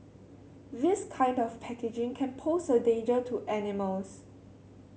this kind of packaging can pose a danger to animals